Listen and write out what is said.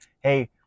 Hey